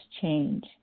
change